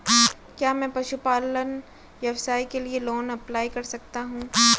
क्या मैं पशुपालन व्यवसाय के लिए लोंन अप्लाई कर सकता हूं?